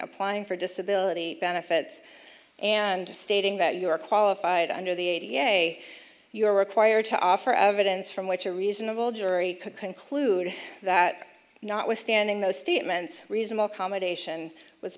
applying for disability benefits and stating that you are qualified under the a you are required to offer evidence from which a reasonable jury could conclude that notwithstanding those statements reasonable accommodation was